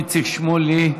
איציק שמולי,